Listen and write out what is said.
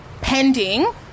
pending